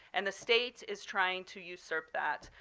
and the state is trying to usurp that.